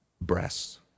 Breasts